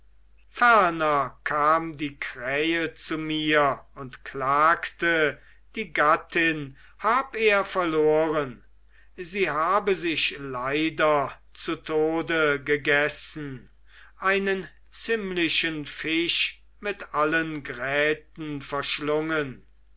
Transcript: kam die krähe zu mir und klagte die gattin hab er verloren sie habe sich leider zu tode gegessen einen ziemlichen fisch mit allen gräten verschlungen